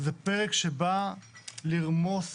זה פרק שבא לרמוס